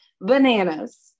Bananas